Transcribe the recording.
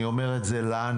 אני אומר את זה לנו,